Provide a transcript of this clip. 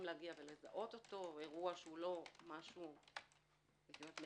להגיע ולזהות אותו לאירוע שהוא לא משהו מצומצם,